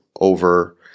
over